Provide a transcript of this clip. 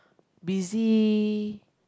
busy